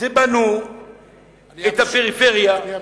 בנו את הפריפריה, אני המשיב,